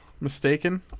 mistaken